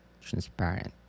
transparent